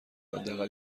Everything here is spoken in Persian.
حداقل